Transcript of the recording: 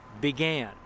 began